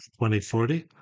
2040